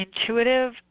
intuitive